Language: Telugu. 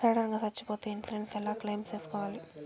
సడన్ గా సచ్చిపోతే ఇన్సూరెన్సు ఎలా క్లెయిమ్ సేసుకోవాలి?